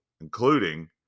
including